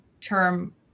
term